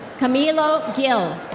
camilo gil.